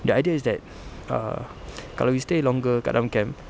the idea is that err kalau we stay longer kat dalam camp